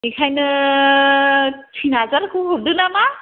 बेखायनो टिन हाजारखौ हरदो नामा